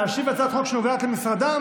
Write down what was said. להשיב על הצעת חוק שנוגעת למשרדם,